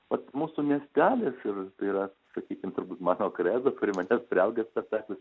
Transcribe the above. vat mūsų miestelis ir tai yra sakykim turbūt mano credo prie manęs priaugęs spektaklis